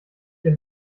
ihr